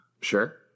Sure